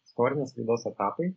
istorinės raidos etapai